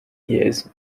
years